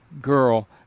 girl